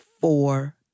four